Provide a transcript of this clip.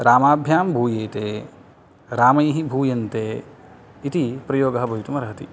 रामाभ्यां भूयेते रामैः भूयन्ते इति प्रयोगः भवितुम् अर्हति